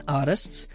artists